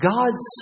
God's